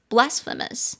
Blasphemous